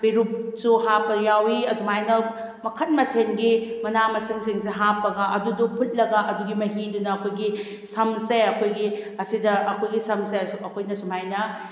ꯄꯦꯔꯨꯛꯁꯨ ꯍꯥꯞꯄ ꯌꯥꯎꯏ ꯑꯗꯨꯃꯥꯏꯅ ꯃꯈꯜ ꯃꯊꯦꯜꯒꯤ ꯃꯅꯥ ꯃꯁꯤꯡꯁꯤꯡꯁꯤ ꯍꯥꯞꯄꯒ ꯑꯗꯨꯗꯣ ꯐꯨꯠꯂꯒ ꯑꯗꯨꯒꯤ ꯃꯍꯤꯗꯨꯅ ꯑꯩꯈꯣꯏꯒꯤ ꯁꯝꯁꯦ ꯑꯩꯈꯣꯏꯒꯤ ꯑꯁꯤꯗ ꯑꯩꯈꯣꯏꯒꯤ ꯁꯝꯁꯦ ꯑꯩꯈꯣꯏꯅ ꯁꯨꯃꯥꯏꯅ